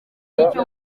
icyo